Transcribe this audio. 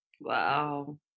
Wow